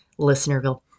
Listenerville